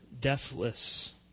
deathless